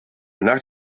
nach